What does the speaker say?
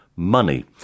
money